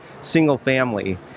single-family